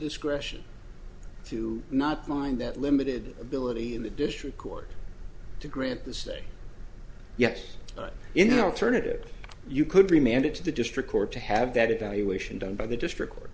discretion to not mind that limited ability in the district court to grant the stay yes but you know turn it or you could remain and it's the district court to have that evaluation done by the district court